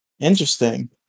Interesting